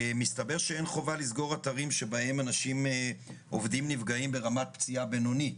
מסתבר שאין חובה לסגור אתרים בהם עובדים נפגעים ברמת פציעה בינונית.